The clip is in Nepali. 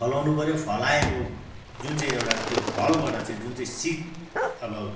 फलाउनु पर्यो फलाएको जुन चाहिँ एउटा त्यो फलबाट चाहिँ जुन चाहिँ सिड अब